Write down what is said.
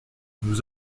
nous